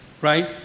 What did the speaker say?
Right